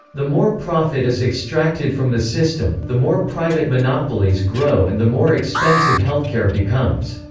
the more profit is extracted from the system, the more private monopolies grow and the more expensive healthcare becomes.